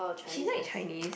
she like Chinese